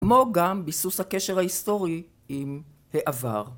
כמו גם ביסוס הקשר ההיסטורי עם העבר.